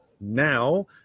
now